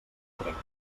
trenca